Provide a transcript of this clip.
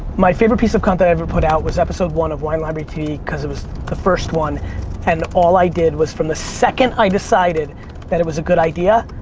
my favorite piece of content i ever put out was episode one of wine library tv cause it was the first one and all i did was from the second i decided that it was a good idea,